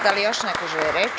Da li još neko želi reč?